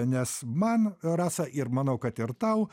nes man rasa ir manau kad ir tau